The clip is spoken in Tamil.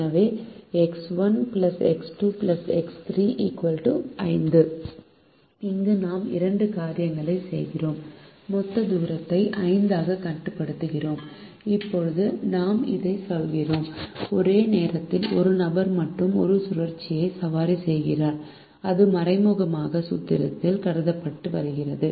எனவே X1 X2 X3 5 அங்கு நாம் இரண்டு காரியங்களையும் செய்கிறோம் மொத்த தூரத்தை 5 ஆக கட்டுப்படுத்துகிறோம் இப்போது நாம் இதைச் சொல்கிறோம் ஒரே நேரத்தில் ஒரு நபர் மட்டுமே ஒரு சுழற்சியை சவாரி செய்கிறார் இது மறைமுகமாக சூத்திரத்தில் கருதப்படுகிறது